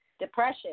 depression